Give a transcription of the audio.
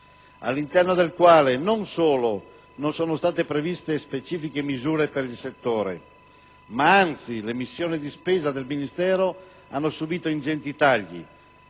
all'interno del quale non solo non sono state previste specifiche misure per il settore, ma anzi le missioni di spesa del Ministero hanno subito ingenti tagli.